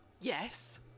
Yes